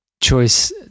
choice